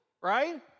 Right